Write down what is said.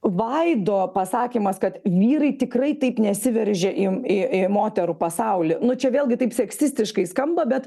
vaido pasakymas kad vyrai tikrai taip nesiveržia į į į moterų pasaulį nu čia vėlgi taip sekstistiškai skamba bet